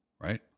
right